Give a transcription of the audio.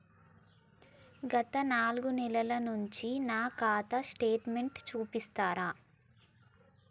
గత నాలుగు నెలల నుంచి నా ఖాతా స్టేట్మెంట్ చూపిస్తరా?